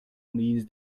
means